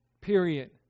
period